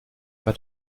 bei